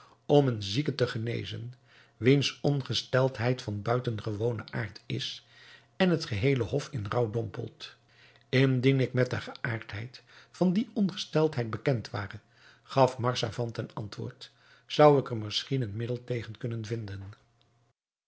om een zieke te genezen wiens ongesteldheid van buitengewonen aard is en het geheele hof in rouw dompelt indien ik met de geaardheid van die ongesteldheid bekend ware gaf marzavan ten antwoord zou ik er misschien een middel tegen kunnen vinden